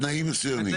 בתנאים מסוימים.